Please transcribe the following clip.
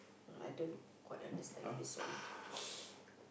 I don't quite understand this one